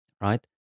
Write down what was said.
right